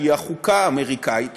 שהיא החוקה האמריקנית,